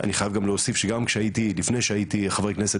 אני חייב להוסיף שעוד לפני שהייתי חבר כנסת,